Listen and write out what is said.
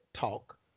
Talk